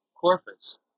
corpus